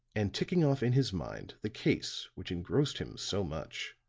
and ticking off in his mind the case which engrossed him so much.